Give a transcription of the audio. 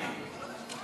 למה